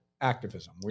activism